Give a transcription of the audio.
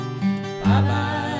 Bye-bye